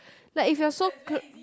like if you're so cl~